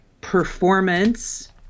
performance